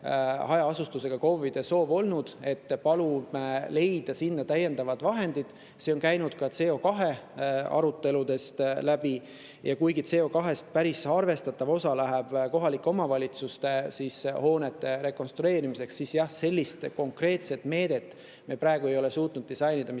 hajaasustusega KOV-ide soov on olnud, et selleks leitaks täiendavad vahendid. See on käinud ka CO2aruteludest läbi. Kuigi CO2rahast päris arvestatav osa läheb kohalike omavalitsuste hoonete rekonstrueerimiseks, siis jah, sellist konkreetset meedet me praegu ei ole suutnud disainida, mis